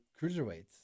cruiserweights